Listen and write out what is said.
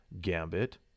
Gambit